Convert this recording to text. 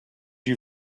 you